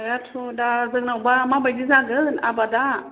हायाथ' दा जोंनावब्ला माबायदि जागोन आबादा